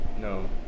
no